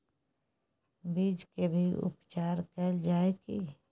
बीज के भी उपचार कैल जाय की?